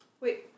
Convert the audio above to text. Wait